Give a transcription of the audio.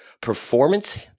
performance